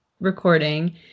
recording